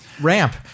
Ramp